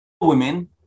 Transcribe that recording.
women